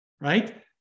right